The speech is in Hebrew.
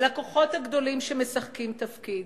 על הכוחות הגדולים שמשחקים תפקיד,